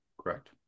Correct